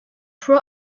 pro